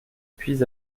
puis